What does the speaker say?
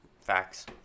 facts